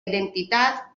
identitat